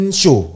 show